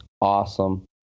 awesome